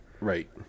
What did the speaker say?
right